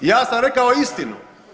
Ja sam rekao istinu.